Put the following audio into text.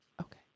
Okay